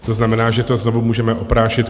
To znamená, že to znovu můžeme oprášit.